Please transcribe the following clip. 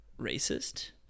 racist